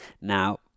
now